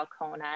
Alcona